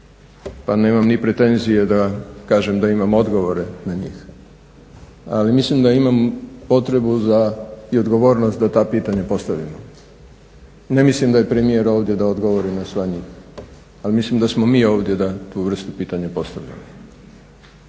pa nemam ni pretenzije da kažem da imam odgovore na njih. Ali mislim da imam potrebu za i odgovornost da ta pitanja postavimo. Ne mislim da je premijer ovdje da odgovori na sva njih, ali mislim da smo mi ovdje da tu vrstu pitanja postavljamo.